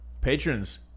patrons